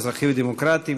האזרחי והדמוקרטי,